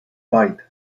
fight